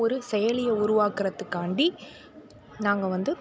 ஒரு செயலியை உருவாக்கிறத்துக்காண்டி நாங்கள் வந்து